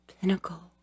pinnacle